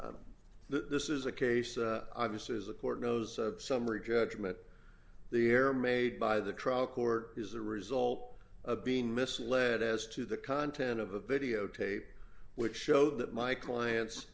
crook this is a case obviously is the court knows a summary judgment the error made by the trial court is the result of being misled as to the content of a videotape which showed that my client